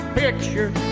picture